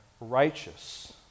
righteous